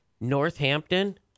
Northampton